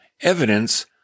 evidence